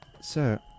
Sir